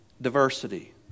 diversity